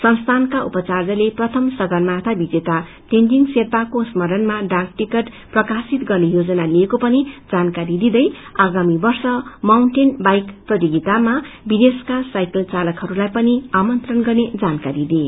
संस्थानका उपार्चायले प्रथम सगरमाथा विजेता तेजींङ शेर्पाको स्मरणमा डाकटिकट प्रकाशित गर्ने योजना लिएको पनि जानकारी दिँदै आगामी वर्ष माउन्टेन वाईक प्रतियोगितामा विदेशका साइकल चालकहरूलाईपनि आमंत्रण गर्ने जानकारी दिए